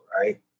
right